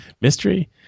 Mystery